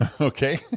Okay